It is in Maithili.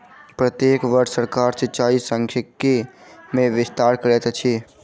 प्रत्येक वर्ष सरकार सिचाई सांख्यिकी मे विस्तार करैत अछि